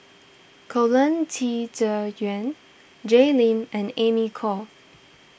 Colin Qi Zhe Yuen Jay Lim and Amy Khor